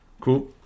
Cool